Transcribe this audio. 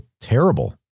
terrible